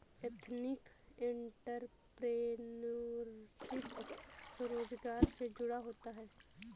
ethnic entrepreneurship स्वरोजगार से जुड़ा होता है